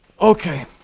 Okay